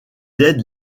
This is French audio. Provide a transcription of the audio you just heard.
aide